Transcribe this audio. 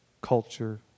culture